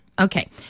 Okay